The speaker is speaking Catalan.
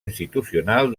institucional